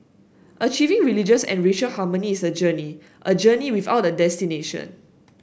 achieving religious and racial harmony is a journey a journey without a destination